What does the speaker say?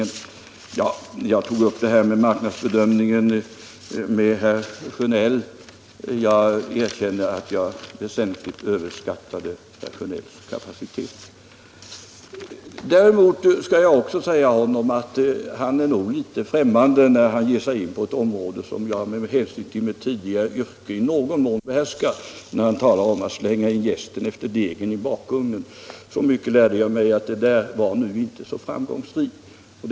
Ja, sedan tog jag med herr Sjönell upp frågan om marknadsbedömningen, men jag erkänner att jag då väsentligt överskattade herr Sjönells kapacitet. Jag kan också säga att herr Sjönell nog är litet illa ute när han ger sig in på ett område, som jag med hänsyn till mitt tidigare yrke i någon mån behärskar, och talar om att slänga in jästen efter degen i bakugnen. Så mycket lärde jag mig ändå, att det var inte så framgångsrikt.